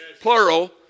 plural